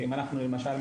למשל,